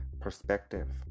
perspective